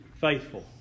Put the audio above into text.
faithful